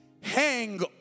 hang